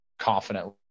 confidently